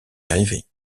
dérivés